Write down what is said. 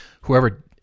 whoever –